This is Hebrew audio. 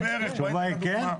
התשובה היא כן?